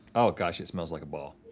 oh gosh it smells like a ball.